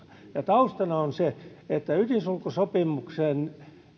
taustana on se että ydinsulkusopimuksen